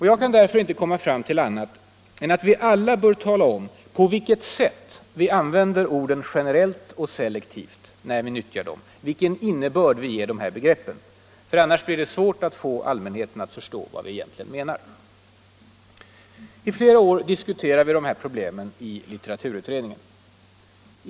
Jag kan därför inte komma fram till annat än att vi alla bör tala om på vilket sätt vi använder orden ”generellt” och ”selektivt” när vi nyttjar dem, vilken innebörd vi ger begreppen. Annars blir det svårt att få allmänheten att förstå vad vi egentligen menar. I flera år diskuterade vid de här problemen i litteraturutredningen.